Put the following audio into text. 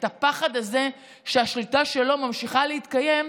את הפחד הזה שהשליטה שלו ממשיכה להתקיים,